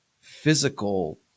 physical